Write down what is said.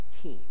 team